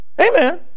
Amen